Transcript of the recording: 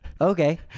Okay